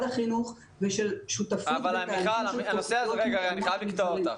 החינוך ושל שותפות בתהליכים --- אני חייב לקטוע אותך.